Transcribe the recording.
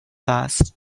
passed